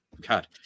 God